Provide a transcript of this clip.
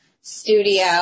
studio